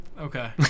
Okay